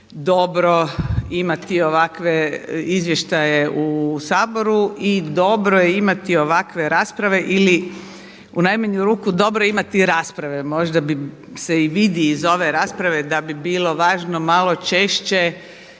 dobro imati ovakve izvještaje u Saboru i dobro je imati ovakve rasprave ili u najmanju ruku dobro je imati raspravu. Možda se i vidi iz ove rasprave da bi bilo važno malo češće,